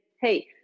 hey